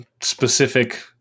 specific